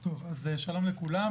טוב, שלום לכולם.